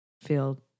feel